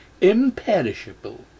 imperishable